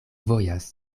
vojas